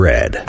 Red